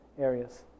areas